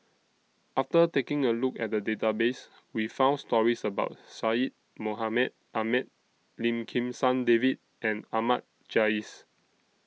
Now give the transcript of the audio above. after taking A Look At The Database We found stories about Syed Mohamed Ahmed Lim Kim San David and Ahmad Jais